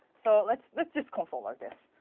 so let's let's just um so like this.